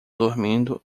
dormindo